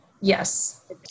Yes